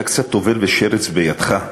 אתה קצת טובל ושרץ בידך.